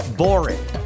boring